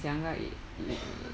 younger it it